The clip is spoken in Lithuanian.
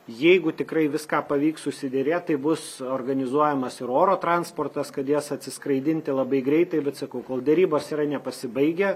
jeigu tikrai viską pavyks susiderėt tai bus organizuojamas ir oro transportas kad jas atsiskraidinti labai greitai bet sakau kol derybos yra nepasibaigę